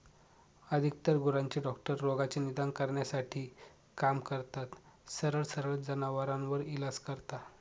अधिकतर गुरांचे डॉक्टर रोगाचे निदान करण्यासाठी काम करतात, सरळ सरळ जनावरांवर इलाज करता